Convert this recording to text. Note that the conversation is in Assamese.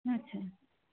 আচ্ছা